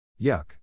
Yuck